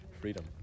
Freedom